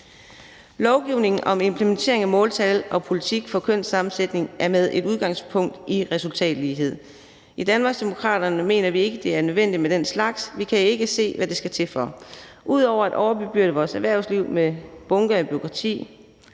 Lovgivningen om implementering af måltal og politik for kønssammensætning har udgangspunkt i resultatlighed. I Danmarksdemokraterne mener vi ikke, det er nødvendigt med den slags. Vi kan ikke se, hvad det skal til for ud over at overbebyrde vores erhvervsliv med bunker af bureaukrati